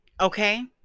okay